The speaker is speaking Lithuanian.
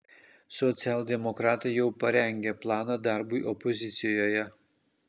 socialdemokratai jau parengė planą darbui opozicijoje